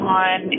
on